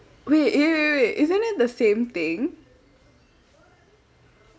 wait eh wait wait wait isn't it the same thing